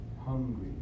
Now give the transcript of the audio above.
hungry